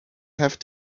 have